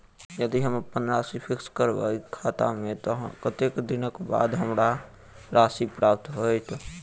यदि हम अप्पन राशि फिक्स करबै खाता मे तऽ कत्तेक दिनक बाद हमरा राशि प्राप्त होइत?